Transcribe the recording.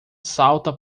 salta